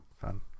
fun